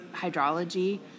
hydrology